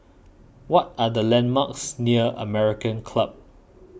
what are the landmarks near American Club